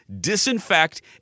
disinfect